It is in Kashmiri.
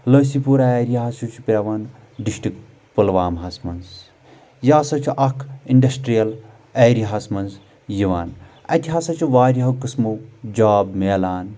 لسی پورہ ایریا حظ چھُ پٮ۪وان ڈسٹرک پُلواماہس منٛز یہِ ہسا چھُ اکھ انڈسٹریل ایریاہس منٛز یِوان اتہِ ہسا چھُ واریہو قٕسمو جاب مِلان